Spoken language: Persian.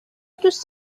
دوست